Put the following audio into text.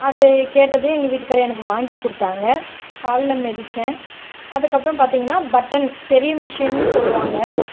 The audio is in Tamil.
அது கேட்டதும் எங்கள் வீட்டுக்காரரு எனக்கு வாங்கி கொடுத்தாங்க காலில் மெதிச்சேன் அதுக்கப்புறம் பார்த்தீங்கனா பட்டன் பெரிய மிஷின் சொல்லுவாங்க